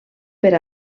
per